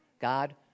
God